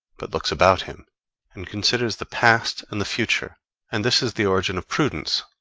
but looks about him and considers the past and the future and this is the origin of prudence,